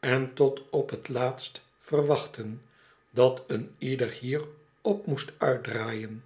en tot op t laatst verwachtten dat een ieder hier op moest uitdraaien